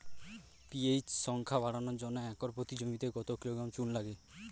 PH সংখ্যা বাড়ানোর জন্য একর প্রতি জমিতে কত কিলোগ্রাম চুন লাগে?